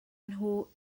nhw